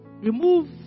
Remove